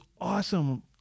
awesome